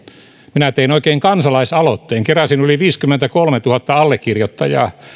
minä tein oikein kansalaisaloitteen keräsin yli viisikymmentäkolmetuhatta allekirjoittajaa